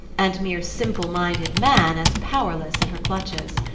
and mere simple-minded man as powerless in her clutches.